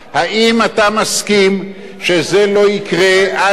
האם אתה מסכים שזה לא יקרה עד,